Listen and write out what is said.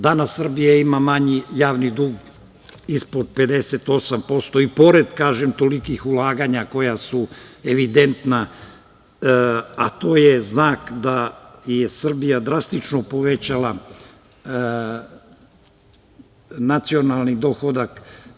Danas Srbija ima manji javni dug ispod 58% i pored tolikih ulaganja koja su evidentna, a to je znak da je Srbija drastično povećala nacionalni dohodak.